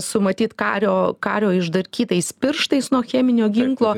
su matyt kario kario išdarkytais pirštais nuo cheminio ginklo